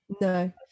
No